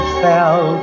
fell